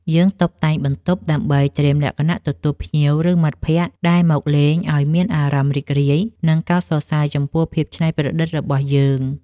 យើងតុបតែងបន្ទប់ដើម្បីត្រៀមលក្ខណៈទទួលភ្ញៀវ ឬមិត្តភក្តិដែលមកលេងឱ្យមានអារម្មណ៍រីករាយ និងកោតសរសើរចំពោះភាពច្នៃប្រឌិតរបស់យើង។